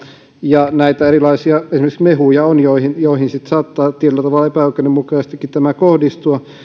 ja on näitä erilaisia esimerkiksi mehuja joihin joihin sitten saattaa tietyllä tavalla epäoikeudenmukaisestikin tämä kohdistua